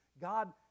God